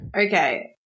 Okay